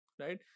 right